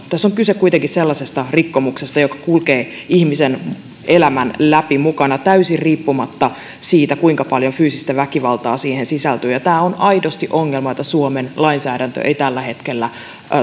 tässä on kyse kuitenkin sellaisesta rikkomuksesta joka kulkee ihmisen elämän läpi mukana täysin riippumatta siitä kuinka paljon fyysistä väkivaltaa siihen sisältyy tämä on aidosti ongelma jota suomen lainsäädäntö ei tällä hetkellä